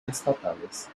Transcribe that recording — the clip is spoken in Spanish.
estatales